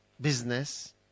business